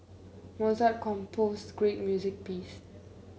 Mozart composed great music piece